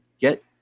get